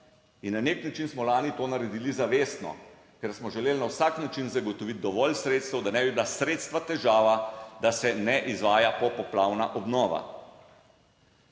in na nek način smo lani to naredili zavestno, ker smo želeli na vsak način zagotoviti dovolj sredstev, da ne bi bila sredstva težava, da se ne izvaja popoplavna obnova.